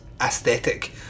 aesthetic